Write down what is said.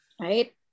right